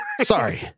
Sorry